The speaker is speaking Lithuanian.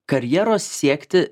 karjeros siekti